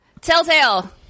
telltale